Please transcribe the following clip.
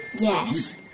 Yes